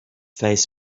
face